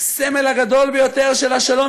הסמל הגדול ביותר של השלום.